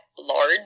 large